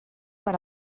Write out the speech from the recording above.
per